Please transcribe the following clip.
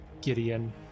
Gideon